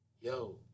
yo